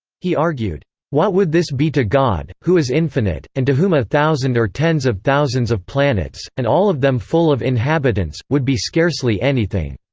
he argued what would this be to god, who is infinite, and to whom a thousand or tens of thousands of planets, and all of them full of inhabitants, would be scarcely anything!